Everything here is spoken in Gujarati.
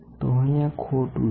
તો અહીંયા ખોટું છે